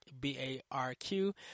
B-A-R-Q